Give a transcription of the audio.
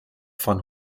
von